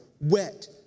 wet